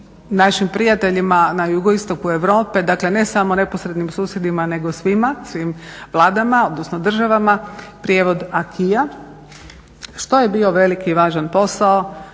našim prijateljima na JI Europe, dakle ne samo neposrednim susjedima nego svima, svim vladama odnosno državama prijevod acquisa što je bio velik i važan posao